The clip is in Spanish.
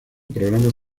programas